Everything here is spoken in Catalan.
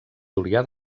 julià